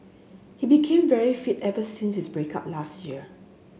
he became very fit ever since his break up last year